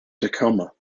tacoma